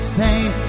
pain